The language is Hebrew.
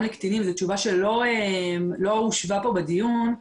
לקטינים זו תשובה שלא הושבה פה בדיון,